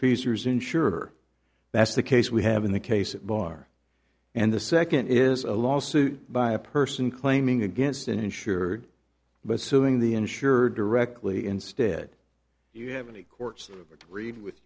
is insurer that's the case we have in the case at bar and the second is a lawsuit by a person claiming against an insured but suing the insurer directly instead you have any courts to read with